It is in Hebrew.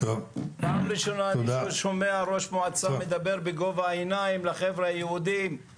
פעם ראשונה אני שומע ראש המועצה מדבר בגובה העיניים לחבר'ה היהודים.